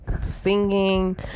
singing